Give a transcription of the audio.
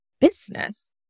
business